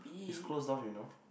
is close door you know